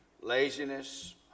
laziness